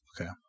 Okay